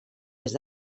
est